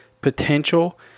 potential